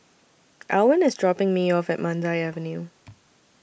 Alwin IS dropping Me off At Mandai Avenue